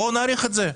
בואו נאריך את זה.